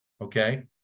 Okay